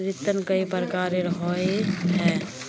ऋण कई प्रकार होए है?